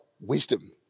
wisdom